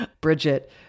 Bridget